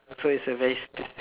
so is a very sp~